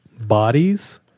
bodies